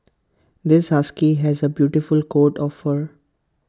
this husky has A beautiful coat of fur